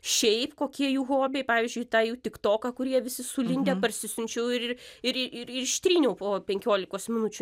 šiaip kokie jų hobiai pavyzdžiui tą jų tiktoką kur jie visi sulindę parsisiunčiau ir ir ir ištryniau po penkiolikos minučių